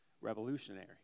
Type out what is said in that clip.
revolutionary